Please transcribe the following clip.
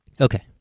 Okay